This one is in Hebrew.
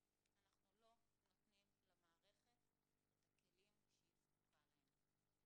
אנחנו לא נותנים למערכת את הכלים שהיא זקוקה להם.